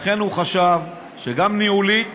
לכן הוא חשב שגם ניהולית